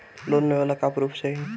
Loan लेवे ला का पुर्फ चाही?